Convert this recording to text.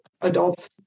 adults